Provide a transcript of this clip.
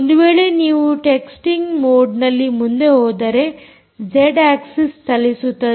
ಒಂದು ವೇಳೆ ನೀವು ಟೆಕ್ಸ್ಟಿಂಗ್ ಮೋಡ್ನಲ್ಲಿ ಮುಂದೆ ಹೋದರೆ ಜೆಡ್ ಆಕ್ಸಿಸ್ ಚಲಿಸುತ್ತದೆ